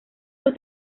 los